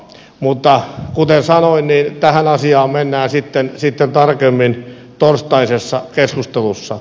mutta kuten sanoin niin tähän asiaan mennään sitten tarkemmin torstaisessa keskustelussa